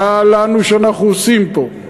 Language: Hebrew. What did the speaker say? מה לנו שאנחנו עושים פה?